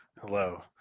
Hello